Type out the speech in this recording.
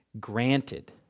granted